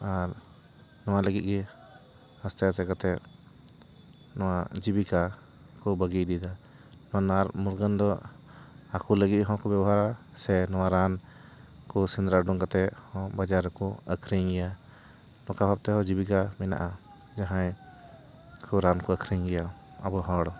ᱟᱨ ᱱᱚᱣᱟ ᱞᱟᱹᱜᱤᱫ ᱜᱮ ᱟᱥᱛᱮ ᱟᱥᱛᱮ ᱠᱟᱛᱮ ᱱᱚᱣᱟ ᱡᱤᱵᱤᱠᱟ ᱠᱚ ᱵᱟᱹᱜᱤ ᱤᱫᱤᱭᱮᱫᱟ ᱱᱚᱣᱟ ᱱᱟᱨ ᱢᱩᱨᱜᱟᱹᱱ ᱫᱚ ᱟᱠᱚ ᱞᱟᱹᱜᱤᱫ ᱦᱚᱸᱠᱚ ᱵᱮᱵᱚᱦᱟᱨᱟ ᱥᱮ ᱱᱚᱣᱟ ᱨᱟᱱ ᱥᱮᱸᱫᱽᱨᱟ ᱩᱰᱩᱝ ᱠᱟᱛᱮ ᱦᱚᱸ ᱵᱟᱡᱟᱨ ᱨᱮᱠᱚ ᱟᱠᱷᱨᱤᱧᱮᱜᱼᱟ ᱱᱚᱠᱟ ᱵᱷᱟᱵ ᱛᱮᱦᱚᱸ ᱡᱤᱵᱤᱠᱟ ᱢᱮᱱᱟᱜᱼᱟ ᱡᱟᱦᱟᱸᱭ ᱩᱱᱠᱩ ᱨᱟᱱ ᱠᱚ ᱟᱠᱷᱨᱤᱧ ᱜᱮᱭᱟ ᱟᱵᱚ ᱦᱚᱲ